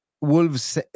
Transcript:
Wolves